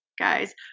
guys